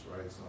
right